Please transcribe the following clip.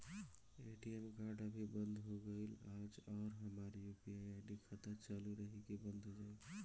ATM card अभी बंद हो गईल आज और हमार यू.पी.आई खाता चालू रही की बन्द हो जाई?